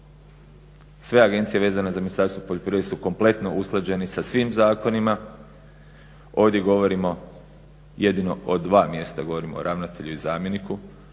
Sve agencije vezano za Ministarstvo poljoprivrede su kompletno usklađeni sa svim zakonima. Ovdje govorimo jedino o dva mjesta, govorimo o ravnatelju i zamjeniku